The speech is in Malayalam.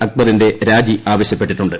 അക്ബറിന്റെ രാജി ആവശ്യപ്പെട്ടിട്ടുണ്ട്